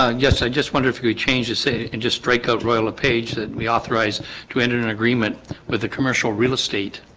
ah yes i just wonder if you could change to say and just break out royal a page that we authorized to enter an agreement with the commercial real estate